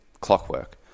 Clockwork